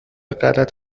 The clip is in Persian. غلط